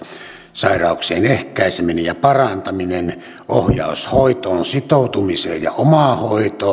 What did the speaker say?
sairauksien ehkäiseminen ja parantaminen ohjaus hoitoon sitoutumiseen ja omahoitoon